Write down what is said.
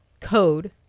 code